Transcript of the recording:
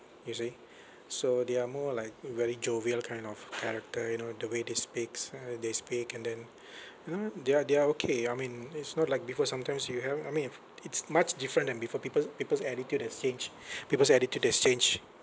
you see so they are more like very jovial kind of character you know the way they speaks uh they speak and then you know they are they are okay I mean it's not like because sometimes you have I mean if it's much different than before people's people's attitude has changed people's attitude has changed